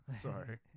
Sorry